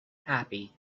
happy